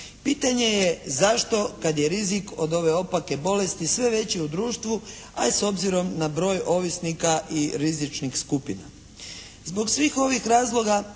Pitanje je zašto kad je rizik od ove opake bolesti sve veći u društvu, a i s obzirom na broj ovisnika i rizičnih skupina. Zbog svih ovih razloga